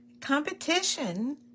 competition